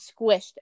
squished